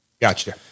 Gotcha